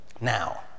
Now